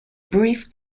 brief